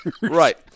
Right